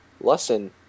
Lesson